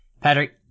Patrick